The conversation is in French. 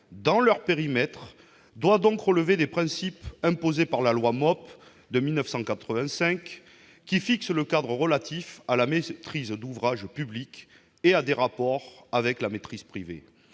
dans leur périmètre doit donc relever des principes imposés par la loi MOP de 1985, qui fixe le cadre relatif à la maîtrise d'ouvrage publique et de ses rapports avec la maîtrise